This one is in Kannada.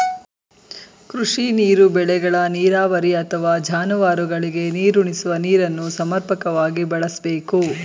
ಕೃಷಿ ನೀರು ಬೆಳೆಗಳ ನೀರಾವರಿ ಅಥವಾ ಜಾನುವಾರುಗಳಿಗೆ ನೀರುಣಿಸುವ ನೀರನ್ನು ಸಮರ್ಪಕವಾಗಿ ಬಳಸ್ಬೇಕು